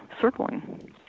circling